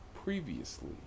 Previously